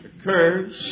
occurs